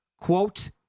Quote